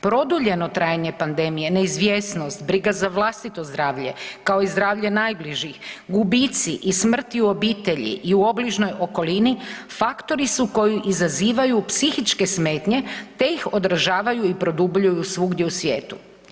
Produljeno trajanje pandemije, neizvjesnost, briga za vlastito zdravlje, kao i zdravlje najbližih, gubici i smrti u obitelji i u obližnjoj okolini faktori su koji izazivaju psihičke smetnje te ih održavaju i produbljuju svugdje u svijetu.